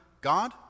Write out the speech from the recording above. God